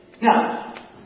Now